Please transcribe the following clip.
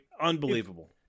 unbelievable